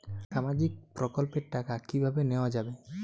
সামাজিক প্রকল্পের টাকা কিভাবে নেওয়া যাবে?